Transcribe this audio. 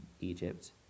Egypt